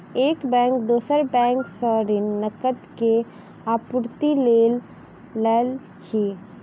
एक बैंक दोसर बैंक सॅ ऋण, नकद के आपूर्तिक लेल लैत अछि